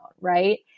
right